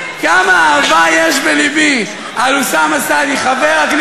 כל כך טוב לי שאפילו גרמתי לאוסאמה סעדי לחייך.